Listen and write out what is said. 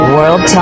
World